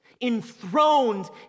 enthroned